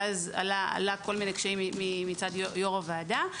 ואז עלה כל מיני קשיים מצד יו"ר הוועדה.